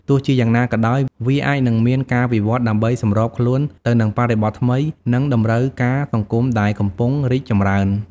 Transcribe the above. ទោះជាយ៉ាងណាក៏ដោយ វាអាចនឹងមានការវិវឌ្ឍន៍ដើម្បីសម្របខ្លួនទៅនឹងបរិបទថ្មី និងតម្រូវការសង្គមដែលកំពុងរីកចម្រើន។